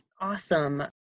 awesome